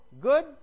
good